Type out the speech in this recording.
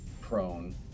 prone